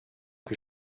que